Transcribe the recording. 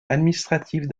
administrative